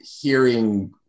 hearing